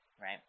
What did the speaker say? Right